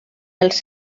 els